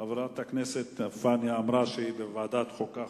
חברת הכנסת פניה קירשנבאום אמרה לוועדת החוקה,